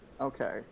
Okay